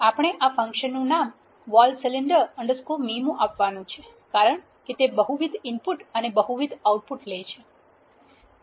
આપણે આ ફન્ક્શન નુ નામ vol cylinder underscore MIMO આપવાનુ છે કારણ કે તે બહુવિધ ઇનપુટ અને બહુવિધ આઉટપુટ લે છે